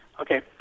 Okay